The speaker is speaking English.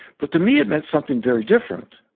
but to me it meant something very different.